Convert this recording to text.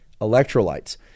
electrolytes